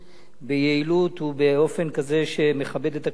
ביעילות ובאופן כזה שמכבד את הכנסת.